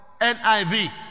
NIV